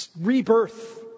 rebirth